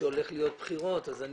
על כל פנים,